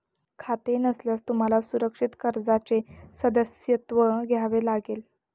खाते नसल्यास तुम्हाला सुरक्षित कर्जाचे सदस्यत्व घ्यावे लागेल